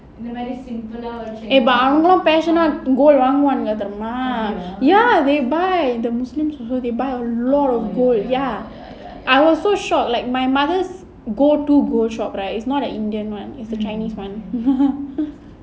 eh but ang moh இந்த மாதிரி:indha maadhiri gold ah வாங்குவாங்களா:vaanguvaangalaa ya they buy the muslims also they buy a lot of gold ya I was so shocked like my mother's go to gold shop right is not an indian [one] it's the chinese [one]